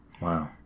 wow